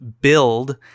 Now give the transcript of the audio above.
build